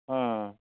ᱦᱚᱸ